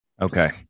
Okay